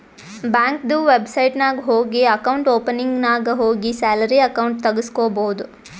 ಬ್ಯಾಂಕ್ದು ವೆಬ್ಸೈಟ್ ನಾಗ್ ಹೋಗಿ ಅಕೌಂಟ್ ಓಪನಿಂಗ್ ನಾಗ್ ಹೋಗಿ ಸ್ಯಾಲರಿ ಅಕೌಂಟ್ ತೆಗುಸ್ಕೊಬೋದು